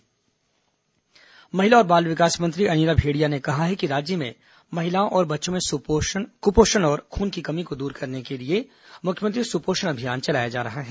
सुपोषण अभियान महिला बाल विकास मंत्री अनिला भेंड़िया ने कहा है राज्य में महिलाओं और बच्चों में कुपोषण और खून की कमी को दूर करने के लिए मुख्यमंत्री सुपोषण अभियान चलाया जा रहा है